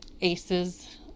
ACEs